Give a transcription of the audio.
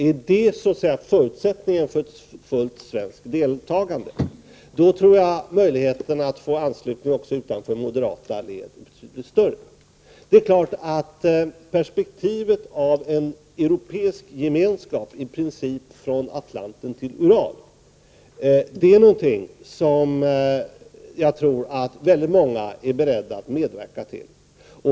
Är det så att säga förutsättningen för ett fullt svenskt deltagande, tror jag att möjligheterna att vinna anslutning för tanken också utanför moderata led är betydligt större. En europeisk gemenskap, i princip från Atlanten till Ural, tror jag att väldigt många är beredda att medverka till.